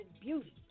beauty